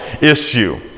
issue